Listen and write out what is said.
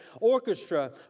orchestra